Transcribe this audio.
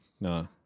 No